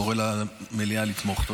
אני קורא למליאה לתמוך.